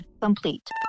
complete